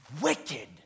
wicked